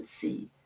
see